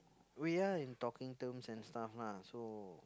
we are in talking terms and stuff lah so